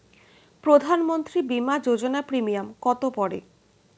প্রধানমন্ত্রী বিমা যোজনা প্রিমিয়াম কত করে?